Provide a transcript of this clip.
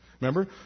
Remember